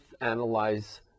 analyze